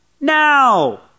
now